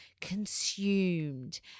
consumed